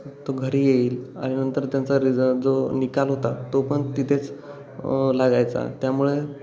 तो घरी येईल आणि नंतर त्यांचा रिजट जो निकाल होता तो पण तिथेच लागायचा त्यामुळं